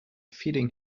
feeding